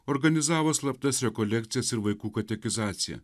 organizavo slaptas rekolekcijas ir vaikų katekizaciją